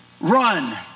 Run